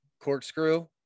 corkscrew